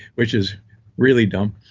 which is really dumb.